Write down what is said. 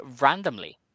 Randomly